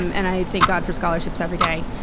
and i thank god for scholarships every day.